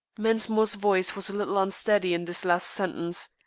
mensmore's voice was a little unsteady in this last sentence.